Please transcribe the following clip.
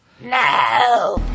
No